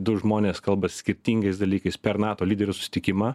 du žmonės kalba skirtingais dalykais per nato lyderių susitikimą